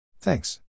Thanks